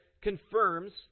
confirms